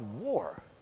war